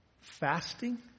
Fasting